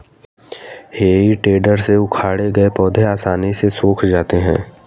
हेइ टेडर से उखाड़े गए पौधे आसानी से सूख जाते हैं